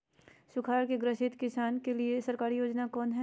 सुखाड़ से ग्रसित किसान के लिए सरकारी योजना कौन हय?